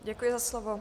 Děkuji za slovo.